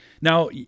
now